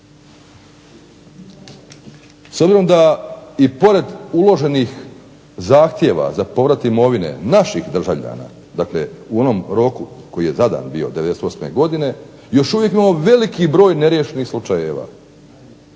S obzirom da i pored uloženih zahtjeva za povrat imovine naših državljana dakle u onom roku koji je zadan bio '98. godine, još uvijek imamo veliki broj neriješenih slučajeva.